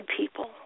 people